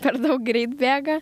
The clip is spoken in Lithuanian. per daug greit bėga